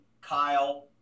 Kyle